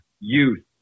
youth